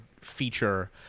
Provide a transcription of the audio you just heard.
feature